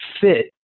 fit